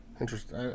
Interesting